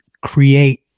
create